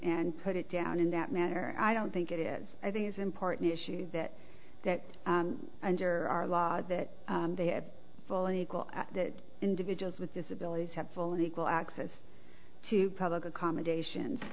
and put it down in that manner i don't think it is i think it's important issue that that under our law that they have full and equal that individuals with disabilities have full and equal access to public accommodations